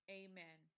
amen